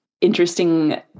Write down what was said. interesting